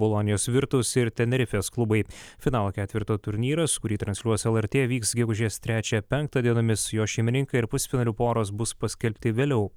bolonijos virtus ir tenerifės klubai finalo ketverto turnyras kurį transliuos lrt vyks gegužės trečią penktą dienomis jo šeimininkai ir pusfinalių poros bus paskelbti vėliau